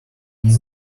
new